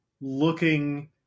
looking